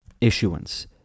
issuance